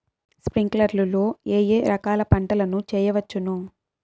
స్ప్రింక్లర్లు లో ఏ ఏ రకాల పంటల ను చేయవచ్చును?